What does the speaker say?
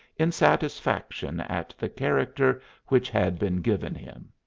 in satisfaction at the character which had been given him.